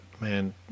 man